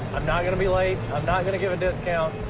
i'm not gonna be late. i'm not gonna give a discount.